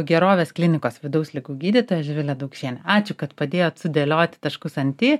gerovės klinikos vidaus ligų gydytoja živilė daukšienė ačiū kad padėjot sudėlioti taškus ant i